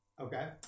Okay